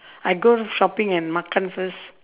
I go shopping and makan first